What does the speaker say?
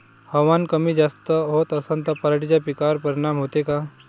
हवामान कमी जास्त होत असन त पराटीच्या पिकावर परिनाम होते का?